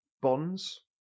bonds